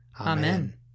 Amen